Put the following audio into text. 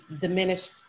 diminished